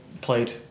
played